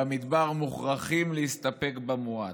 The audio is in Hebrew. במדבר מוכרחים להסתפק במועט.